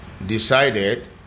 decided